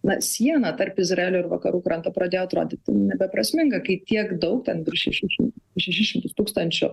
na siena tarp izraelio ir vakarų kranto pradėjo atrodyti nebeprasminga kai tiek daug ten virš šešių šimtų šešis šimtus tūkstančių